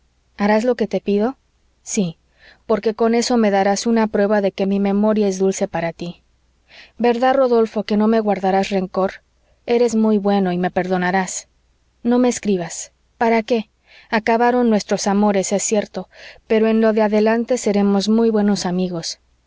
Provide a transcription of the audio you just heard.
harás lo que te pido sí porque con eso me darás una prueba de que mi memoria es dulce para tí verdad rodolfo que no me guardarás rencor eres muy bueno y me perdonarás no me escribas para qué acabaron nuestros amores es cierto pero en lo de adelante seremos muy buenos amigos